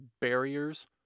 barriers